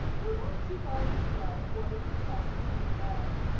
perhaps if i describe one of the tests we ran,